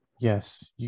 Yes